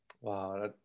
Wow